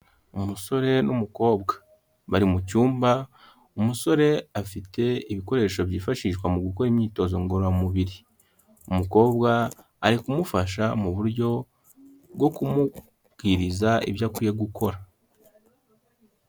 Umusore n'umukobwa bari mu cyumba, umusore afite ibikoresho byifashishwa mu gukora imyitozo ngororamubiri, umukobwa ari kumufasha mu buryo bwo kumubwiriza ibyo akwiye gukora.